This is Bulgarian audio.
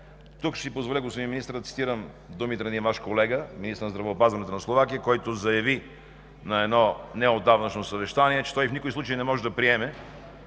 Тук ще си позволя, господин Министър, да цитирам думите на един Ваш колега – министъра на здравеопазването на Словакия, който заяви на едно неотдавнашно съвещание, че той в никой случай не може да приеме